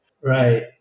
Right